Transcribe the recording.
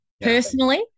personally